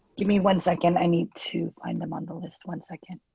give me one second. i need to find them on the list. one second.